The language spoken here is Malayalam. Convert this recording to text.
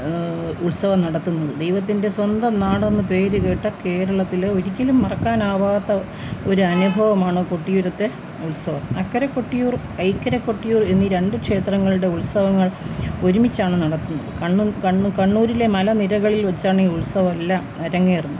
ഉത്സവം നടത്തുന്നത് ദൈവത്തിൻ്റെ സ്വന്തം നാടെന്ന് പേരുകേട്ട കേരളത്തില് ഒരിക്കലും മറക്കാനാവാത്ത ഒരനുഭവമാണ് കൊട്ടിയൂരത്തെ ഉത്സവം അക്കരെ കൊട്ടിയൂർ ഇക്കരെ കൊട്ടിയൂർ എന്നീ രണ്ട് ക്ഷേത്രങ്ങളുടെ ഉത്സവങ്ങൾ ഒരുമിച്ചാണ് നടത്തുന്നത് കണ്ണൂർ കണ്ണൂ കണ്ണൂരിലെ മലനിരകളിൽ വെച്ചാണ് ഈ ഉത്സവമെല്ലാം അരങ്ങേറുന്നത്